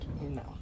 No